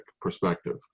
perspective